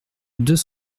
deux